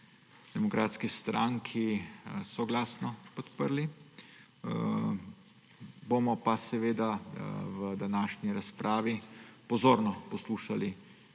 demokratski stranki soglasno podprli, bomo pa seveda v današnji razpravi pozorno poslušali